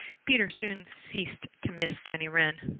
peter soon ceased to miss jenny wren.